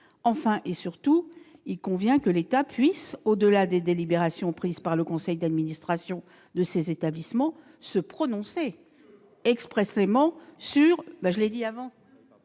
enfin et surtout, il convient que l'État puisse, au-delà des délibérations prises par le conseil d'administration de ces établissements, se prononcer expressément sur